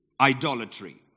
idolatry